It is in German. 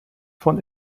von